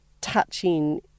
touching